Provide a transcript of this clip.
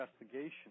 investigation